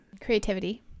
Creativity